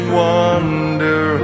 wonder